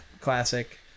classic